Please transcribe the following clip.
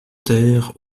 terre